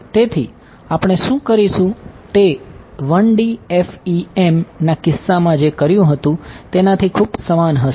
તેથી આપણે શું કરીશું તે 1D FEM ના કિસ્સામાં જે કર્યું હતું તેનાથી ખૂબ સમાન હશે